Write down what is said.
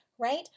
right